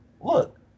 Look